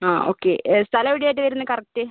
ആ ഓക്കെ സ്ഥലം എവിടെ ആയിട്ടാ വരുന്നത് കറക്റ്റ്